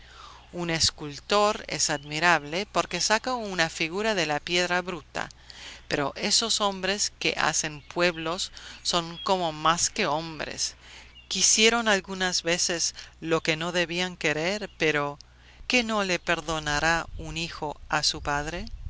un escultor es admirable porque saca una figura de la piedra bruta pero esos hombres que hacen pueblos son como más que hombres quisieron algunas veces lo que no debían querer pero qué no le perdonará un hijo a su padre